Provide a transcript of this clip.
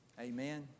Amen